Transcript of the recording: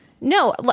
no